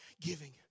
Giving